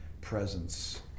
presence